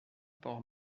port